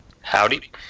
Howdy